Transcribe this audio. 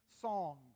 songs